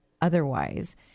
otherwise